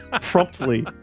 promptly